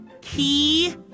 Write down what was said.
Key